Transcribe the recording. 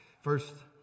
first